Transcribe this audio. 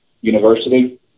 University